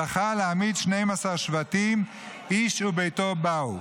זכה להעמיד 12 שבטים, "איש וביתו באו".